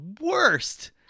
worst